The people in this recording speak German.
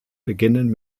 beginnen